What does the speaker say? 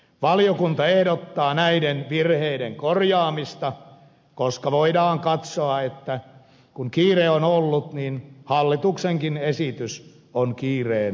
valiokunta ehdottaa näiden virheiden korjaamista koska voidaan katsoa että kun kiire on ollut niin hallituksenkin esitys on kiireen lapsi